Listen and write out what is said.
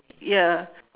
ya